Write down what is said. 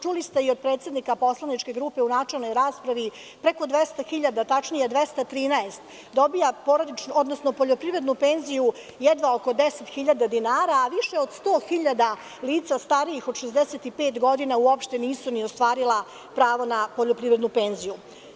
Čuli ste i od predsednika poslaničke grupe u načelnoj raspravi, preko 200.000, tačnije 213.000 dobija poljoprivrednu penziju, jedva oko 10.000 dinara, a više od 100.000 lica starijih od 65 godina uopšte nisu ostvarila pravo na poljoprivrednu penziju.